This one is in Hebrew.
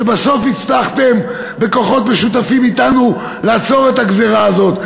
שבסוף הצלחתם בכוחות משותפים אתנו לעצור את הגזירה הזאת,